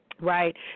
right